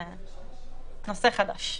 זה נושא חדש.